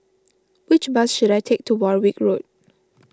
which bus should I take to Warwick Road